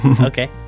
Okay